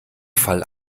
fall